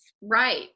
Right